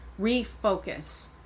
Refocus